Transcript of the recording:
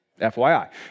FYI